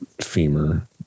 femur